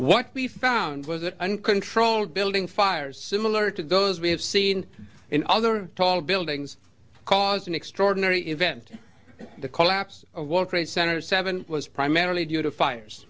what we found was an uncontrolled building fires similar to those we have seen in other tall buildings caused an extraordinary event the collapse of world trade center seven was primarily due to fires